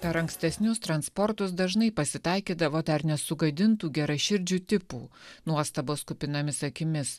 per ankstesnius transportus dažnai pasitaikydavo dar nesugadintų geraširdžių tipų nuostabos kupinomis akimis